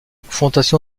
confrontation